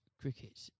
cricket